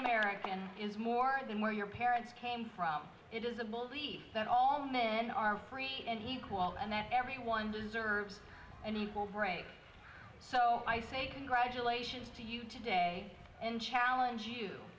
american is more than where your parents came from it is a bold leap that all men are free and equal and that everyone deserves an equal break so i say congratulations to you today and challenge you